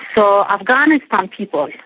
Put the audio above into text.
so afghanistan um people,